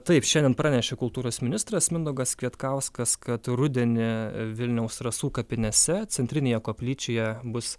taip šiandien pranešė kultūros ministras mindaugas kvietkauskas kad rudenį vilniaus rasų kapinėse centrinėje koplyčioje bus